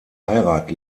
heirat